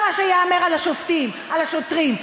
השוטרים.